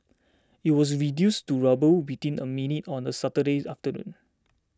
it was reduced to rubble within a minute on the Saturday's afternoon